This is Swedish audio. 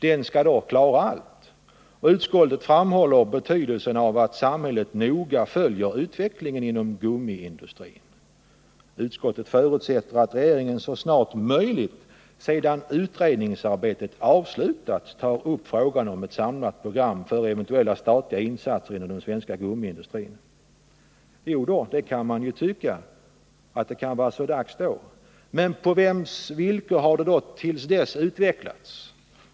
Den skall klara allt, och utskottet framhåller betydelsen av att samhället noga följer utvecklingen inom gummiindustrin. Utskottet förutsätter att regeringen så snart som möjligt sedan utredningsarbetet avslutats tar upp frågan om ett samlat program för eventuella statliga insatser inom den svenska gummiindustrin. Man kan ju tycka att det kan vara så dags då — men på vems villkor har då utvecklingen till dess skett?